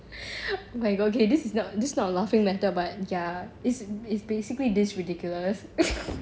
like okay this is not this is not a laughing matter but ya it's basically this ridiculous